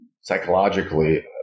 psychologically